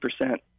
percent